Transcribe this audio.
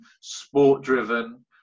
sport-driven